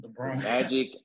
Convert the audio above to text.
Magic